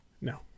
No